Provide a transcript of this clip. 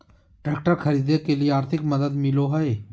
Tractor खरीदे के लिए आर्थिक मदद मिलो है?